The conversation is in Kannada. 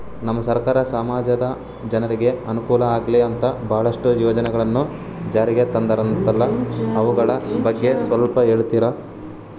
ನಮ್ಮ ಸರ್ಕಾರ ಸಮಾಜದ ಜನರಿಗೆ ಅನುಕೂಲ ಆಗ್ಲಿ ಅಂತ ಬಹಳಷ್ಟು ಯೋಜನೆಗಳನ್ನು ಜಾರಿಗೆ ತಂದರಂತಲ್ಲ ಅವುಗಳ ಬಗ್ಗೆ ಸ್ವಲ್ಪ ಹೇಳಿತೀರಾ?